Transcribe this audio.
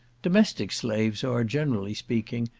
domestic slaves are, generally speaking,